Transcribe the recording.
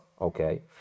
okay